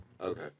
Okay